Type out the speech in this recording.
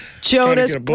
Jonas